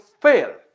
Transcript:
fail